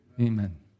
Amen